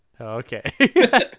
Okay